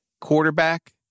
quarterback